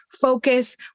focus